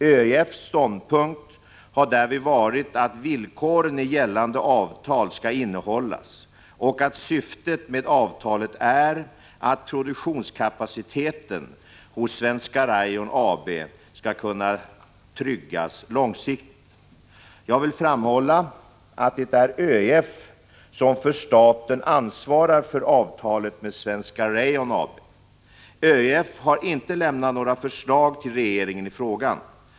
ÖEF:s ståndpunkt har därvid varit att villkoren i gällande avtal skall innehållas och 43 att syftet med avtalet är att produktionskapaciteten hos Svenska Rayon AB skall kunna tryggas långsiktigt. Jag vill framhålla att det är ÖEF som för staten ansvarar för avtalet med Svenska Rayon AB. ÖEF har inte lämnat några förslag till regeringen i frågan.